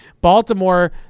Baltimore